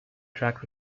track